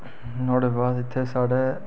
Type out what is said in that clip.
नुआढ़े बाद इत्थें साढ़ै